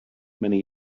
many